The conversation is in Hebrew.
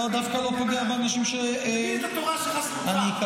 מה שאנחנו רואים זה שפרנסי הציבור החרדי והפוליטיקאים